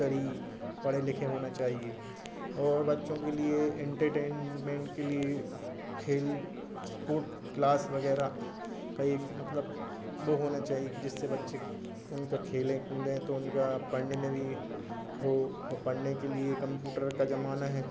स्तरी पढे लिखे होना चाहिए और बच्चों के लिए एनर्टैन्मन्ट के लिए खेल स्पोर्ट क्लास वग़ैरह कई मतलब वो होना चाहिए कि जिससे बच्चे उनका खेलें कूदें तो उनका पढ़ने में भी हो वए पढ़ने के लिए कम्पुटर का ज़माना है